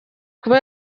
kuba